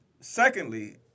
secondly